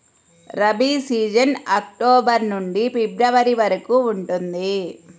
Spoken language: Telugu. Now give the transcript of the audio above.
రబీ సీజన్ అక్టోబర్ నుండి ఫిబ్రవరి వరకు ఉంటుంది